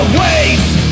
waste